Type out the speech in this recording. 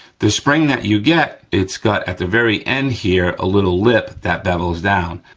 the spring that you get, it's got, at the very end here, a little lip that bevels down.